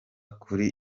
kuri